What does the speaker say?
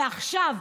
ועכשיו,